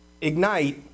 Ignite